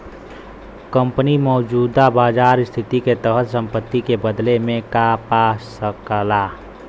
company मौजूदा बाजार स्थिति के तहत संपत्ति के बदले में का पा सकला